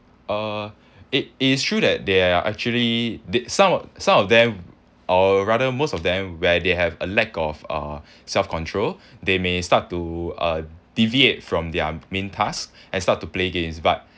uh it is true that they are actually di~ some of some of them or rather most of them where they have a lack of uh self control they may start to a deviate from their main task and start to play games but